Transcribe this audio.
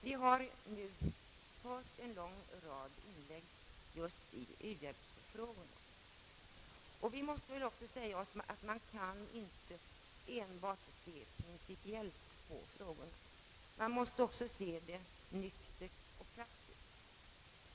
Vi har nu hört en lång rad inlägg i just u-hjälpsfrågorna, och vi måste väl också säga oss att man inte kan se enbart principiellt på frågorna, man måste också se nyktert och praktiskt.